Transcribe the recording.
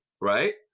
right